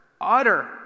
utter